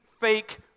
fake